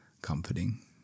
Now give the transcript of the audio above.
comforting